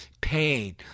pain